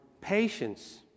patience